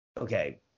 okay